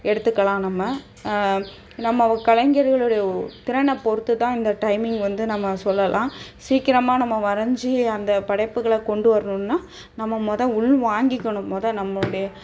எடுத்துக்கலாம் நம்ம நம்ம ஓ கலைஞர்களுடைய திறனை பொறுத்து தான் இந்த டைமிங் வந்து நம்ம சொல்லலாம் சீக்கிரமாக நம்ம வரைஞ்சு அந்த படைப்புகளை கொண்டு வரணுன்னால் நம்ம மொதல் உள் வாங்கிக்கணும் மொதல் நம்மளுடைய